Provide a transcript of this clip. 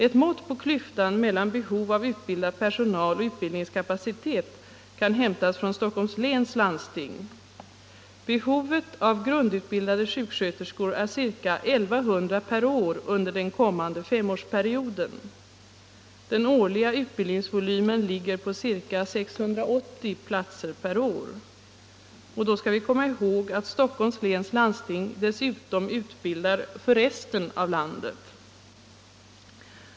Ett mått på klyftan mellan behov av utbildad personal och utbildningskapacitet kan hämtas från Stockholms läns landsting: Behovet av grundutbildade sjuksköterskor är ca 1 100 per år under den kommande femårsperioden. Den årliga utbildningsvolymen ligger på ca 680 platser per år. Och då skall vi komma ihåg att Stockholms läns landsting dessutom utbildar för hela landet.